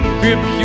grip